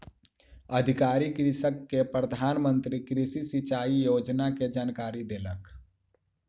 अधिकारी कृषक के प्रधान मंत्री कृषि सिचाई योजना के जानकारी देलक